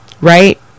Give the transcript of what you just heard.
right